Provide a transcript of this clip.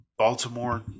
Baltimore